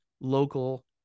local